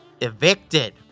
Evicted